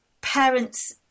parents